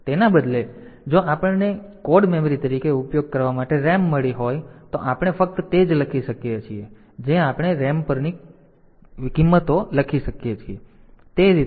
તેથી તેના બદલે જો આપણને કોડ મેમરી તરીકે ઉપયોગ કરવા માટે RAM મળી હોય તો આપણે ફક્ત તે જ લખી શકીએ છીએ જે આપણે RAM પરની કિંમતો લખી શકીએ છીએ